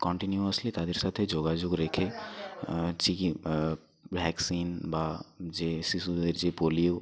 continuously তাদের সাথে যোগাযোগ রেখে চিকি ভ্যাকসিন বা যে শিশুদের যে পোলিও